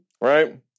right